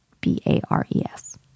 B-A-R-E-S